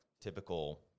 typical